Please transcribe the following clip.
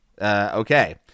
Okay